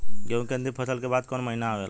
गेहूँ के अंतिम फसल के बाद कवन महीना आवेला?